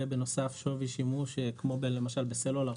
ובנוסף שווי שימוש כמו למשל בסלולר,